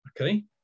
Okay